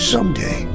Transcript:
Someday